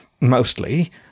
Mostly